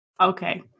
Okay